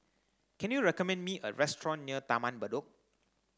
can you recommend me a restaurant near Taman Bedok